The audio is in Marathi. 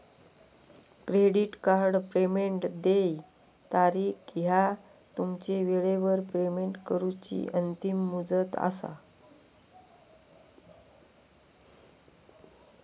क्रेडिट कार्ड पेमेंट देय तारीख ह्या तुमची वेळेवर पेमेंट करूची अंतिम मुदत असा